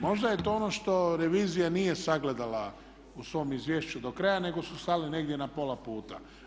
Možda je to ono što revizija nije sagledala u svom izvješću do kraja nego su stali negdje na pola puta.